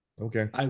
Okay